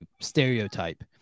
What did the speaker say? stereotype